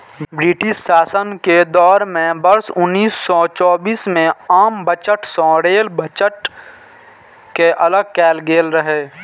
British शासन के दौर मे वर्ष उन्नैस सय चौबीस मे आम बजट सं रेल बजट कें अलग कैल गेल रहै